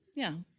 yeah,